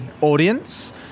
audience